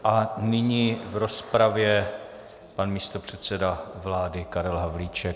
A nyní v rozpravě pan místopředseda vlády Karel Havlíček.